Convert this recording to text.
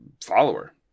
Follower